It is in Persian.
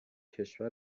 کشور